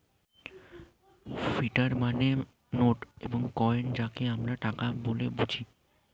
fiat money মানে note এবং coin যাকে আমরা টাকা বলে বুঝি